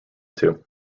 two